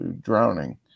drowning